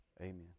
amen